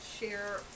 share